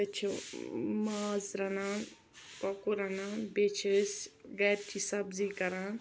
أسۍ چھِ ماز رنان کۄکُر رنان بیٚیہِ چھِ أسۍ گَرِچی سبزی کَران